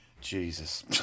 Jesus